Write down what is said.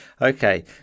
Okay